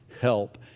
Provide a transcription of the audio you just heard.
help